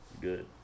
good